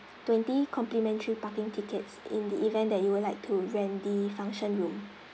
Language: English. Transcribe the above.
twenty complimentary parking tickets in the event that you would like to rent the function room